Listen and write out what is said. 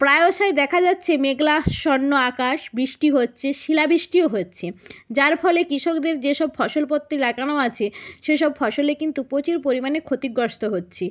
প্রায়শই দেখা যাচ্ছে মেঘাচ্ছন্ন আকাশ বৃষ্টি হচ্ছে শিলাবৃষ্টিও হচ্ছে যার ফলে কৃষকদের দের যেসব ফসল পাতি লাগানো আছে সেসব ফসলে কিন্তু প্রচুর পরিমাণে ক্ষতিগ্রস্ত হচ্ছে